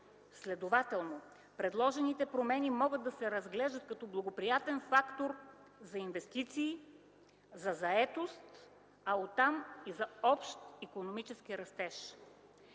Следователно, предложените промени могат да се разглеждат като благоприятен фактор за инвестиции, за заетост, а от там и за общи икономически растеж.